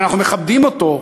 שאנחנו מכבדים אותו,